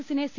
എസിനെ സി